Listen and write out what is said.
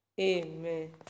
Amen